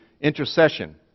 intercession